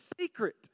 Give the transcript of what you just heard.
secret